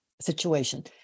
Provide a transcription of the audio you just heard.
situation